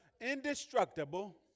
indestructible